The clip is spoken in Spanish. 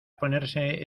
ponerse